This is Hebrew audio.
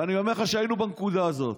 ואני אומר לך שהיינו בנקודה הזאת.